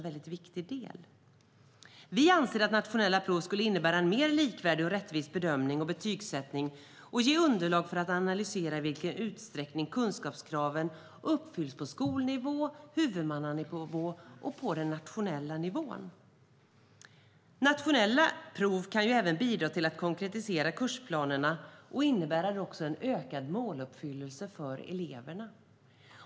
Vi anser att nationella prov skulle innebära en mer likvärdig och rättvis bedömning och betygsättning och ge underlag för att analysera i vilken utsträckning kunskapskraven uppfylls på skolnivå, huvudmannanivå och nationell nivå. Nationella prov kan även bidra till att konkretisera kursplanerna och innebära en ökad måluppfyllelse för eleverna.